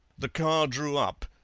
the car drew up,